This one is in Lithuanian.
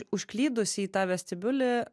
užklydusi į tą vestibiulį